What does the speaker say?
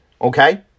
Okay